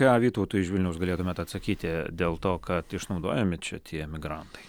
ką vytautui iš vilniaus galėtumėt atsakyti dėl to kad išnaudojami čia tie migrantai